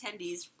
attendees